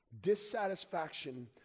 dissatisfaction